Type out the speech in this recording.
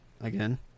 again